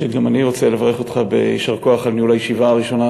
גם אני רוצה לברך אותך ביישר כוח על ניהול הישיבה הראשונה